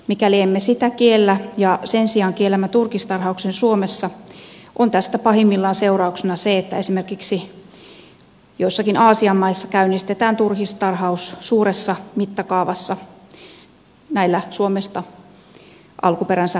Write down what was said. mikäli emme sitä kiellä ja sen sijaan kiellämme turkistarhauksen suomessa on tästä pahimmillaan seurauksena se että esimerkiksi joissakin aasian maissa käynnistetään turkistarhaus suuressa mittakaavassa näillä suomesta alkuperänsä saavilla eläimillä